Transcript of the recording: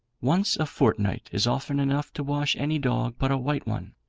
once a fortnight is often enough to wash any dog but a white one.